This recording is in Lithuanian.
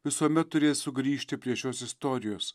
visuomet turės sugrįžti prie šios istorijos